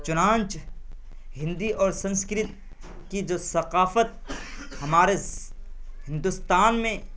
چنانچہ ہندی اور سنسکرت کی جو ثقافت ہمارے ہندوستان میں